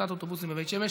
השבתת אוטובוסים בבית שמש.